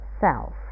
self